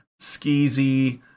skeezy